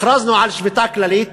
הכרזנו על שביתה כללית